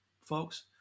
folks